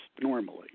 normally